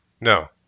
No